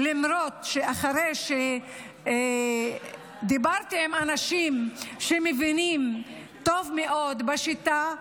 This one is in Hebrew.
למרות שאחרי שדיברתי עם אנשים שמבינים טוב מאוד בשיטה,